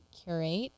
curate